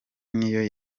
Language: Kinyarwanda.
niyo